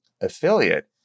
affiliate